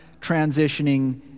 transitioning